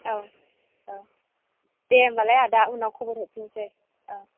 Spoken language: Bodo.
औ औ दे होम्बालाय आदा उनाव खबर हरफिनसै औ